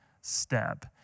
step